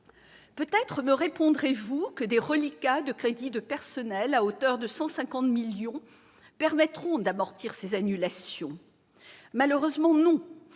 Peut-être me répondrez-vous que des reliquats de crédits de personnel, à hauteur de 150 millions d'euros, permettront d'amortir ces annulations ? Malheureusement non,